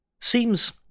seems